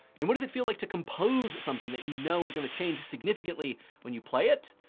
and what does it feel like to compose something that you know is going to change significantly when you play it?